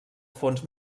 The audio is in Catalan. fons